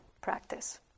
practice